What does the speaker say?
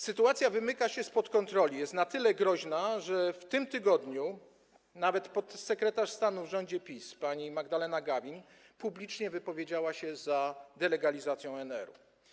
Sytuacja wymyka się spod kontroli, jest na tyle groźna, że w tym tygodniu nawet podsekretarz stanu w rządzie PiS pani Magdalena Gawin publicznie wypowiedziała się za delegalizacją ONR.